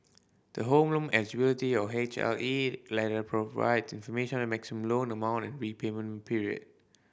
the Home Loan Eligibility or H L E letter provide information on the maximum loan amount and repayment period